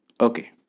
Okay